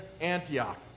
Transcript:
Antioch